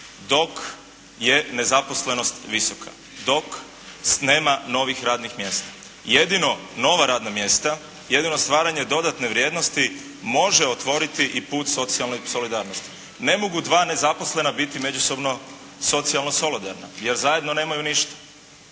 dok je nezaposlenost visoka, dok nema novih radnih mjesta. Jedino nova radna mjesta, jedino stvaranje dodatne vrijednosti može otvoriti i put socijalnoj solidarnosti. Ne mogu dva nezaposlena biti međusobno socijalno solidarna, jer zajedno nemaju ništa.